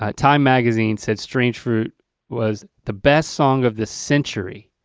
ah time magazine said strange fruit was the best song of the century.